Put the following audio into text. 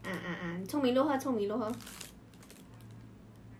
she got say or not 他帅